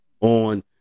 on